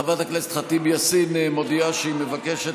חברת הכנסת ח'טיב יאסין מודיעה שהיא מבקשת